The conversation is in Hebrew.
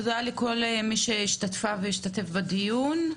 תודה לכל מי שהשתתפה והשתתף בדיון.